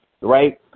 right